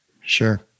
Sure